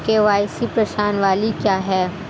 KYC प्रश्नावली क्या है?